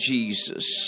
Jesus